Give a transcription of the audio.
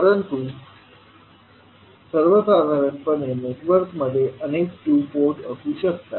परंतु सर्वसाधारणपणे नेटवर्कमध्ये अनेक पोर्ट असू शकतात